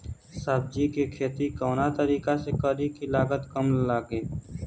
सब्जी के खेती कवना तरीका से करी की लागत काम लगे?